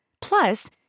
Plus